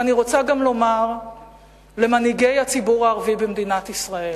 ואני רוצה גם לומר למנהיגי הציבור הערבי במדינת ישראל: